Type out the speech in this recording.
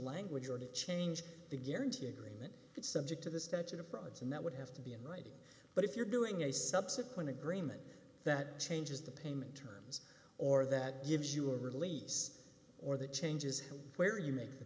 language or to change the guarantee agreement it's subject to the statute of frauds and that would have to be in writing but if you're doing a subsequent agreement that changes the payment terms or that gives you a release or the changes where you make the